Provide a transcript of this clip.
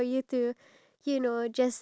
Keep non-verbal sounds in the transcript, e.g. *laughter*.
no I haven't *laughs*